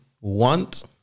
want